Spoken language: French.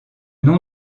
nom